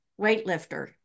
weightlifter